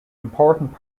important